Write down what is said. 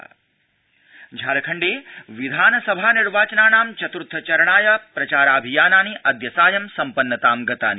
झारखण्डम्प्रचार झारखण्डे विधानसभा निर्वाचनाना चतुर्थ चरणाय प्रचाराभियानानि अद्य सायं सम्पन्नता गतानि